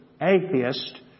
atheist